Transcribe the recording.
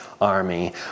army